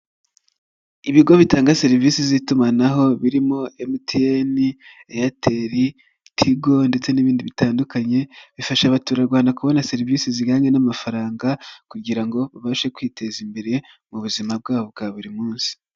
Ibigo bitanga serivisi z'itumanaho, birimo MTN, Airtel Tigo ndetse n'ibindi bitandukanye, bifasha abaturarwanda kubona serivisi ziinjyanye n'amafaranga kugira ngo babashe kwiteza imbere, mu buzima bwabo bwa buri munsi.